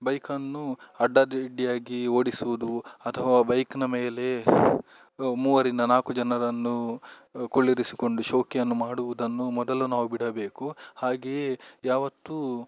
ಬೈಕನ್ನು ಅಡ್ಡಾದಿಡ್ಡಿಯಾಗಿ ಓಡಿಸುವುದು ಅಥವಾ ಬೈಕ್ನ ಮೇಲೆ ಮೂವರಿಂದ ನಾಲ್ಕು ಜನರನ್ನು ಕುಳ್ಳಿರಿಸಿಕೊಂಡು ಶೋಕಿಯನ್ನು ಮಾಡುವುದನ್ನು ಮೊದಲು ನಾವು ಬಿಡಬೇಕು ಹಾಗೆಯೇ ಯಾವತ್ತೂ